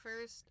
first